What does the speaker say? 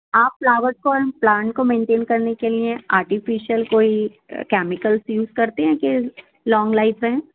آپ فلاورز کو and plant کو مینٹین کرنے کے لئے آرٹیفیشل کوئی کیمیکلز یُوز کرتے ہیں کہ لانگ لائف رہیں